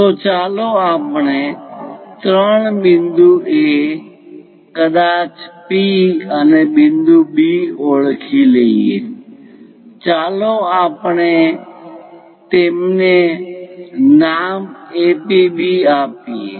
તો ચાલો આપણે ત્રણ બિંદુ A કદાચ P અને બિંદુ B ઓળખી લઈએ ચાલો આપણે તેમને નામ APB આપીએ